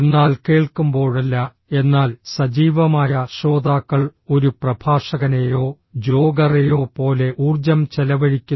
എന്നാൽ കേൾക്കുമ്പോഴല്ല എന്നാൽ സജീവമായ ശ്രോതാക്കൾ ഒരു പ്രഭാഷകനെയോ ജോഗറെയോ പോലെ ഊർജ്ജം ചെലവഴിക്കുന്നു